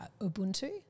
Ubuntu